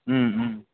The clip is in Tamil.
ம் ம்